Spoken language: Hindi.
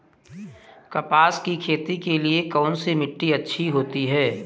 कपास की खेती के लिए कौन सी मिट्टी अच्छी होती है?